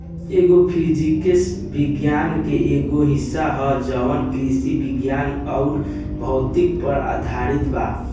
agro physics विज्ञान के एगो हिस्सा ह जवन कृषि विज्ञान अउर भौतिकी पर आधारित बा